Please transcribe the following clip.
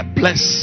bless